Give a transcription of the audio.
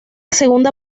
segunda